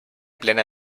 plena